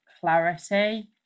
clarity